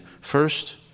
first